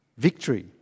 Victory